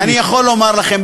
אני יכול לומר לכם,